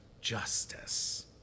justice